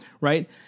Right